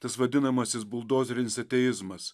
tas vadinamasis buldozerinis ateizmas